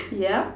yeah